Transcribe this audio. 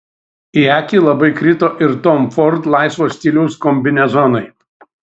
į akį labai krito ir tom ford laisvo stiliaus kombinezonai